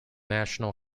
national